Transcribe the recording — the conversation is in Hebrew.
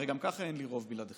הרי גם ככה אין לי רוב בלעדיכם,